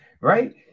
right